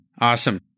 Awesome